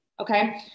okay